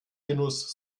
genuss